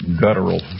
guttural